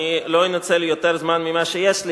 אני לא אנצל יותר זמן ממה שיש לי.